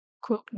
quote